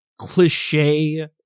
cliche